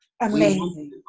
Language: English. Amazing